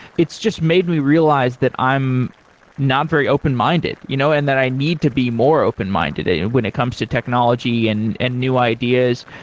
it's just made me realize that i'm not very open-minded you know and that i need to be more open-minded and when it comes to technology and and new ideas,